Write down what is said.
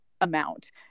amount